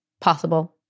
possible